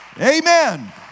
Amen